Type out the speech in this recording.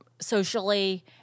Socially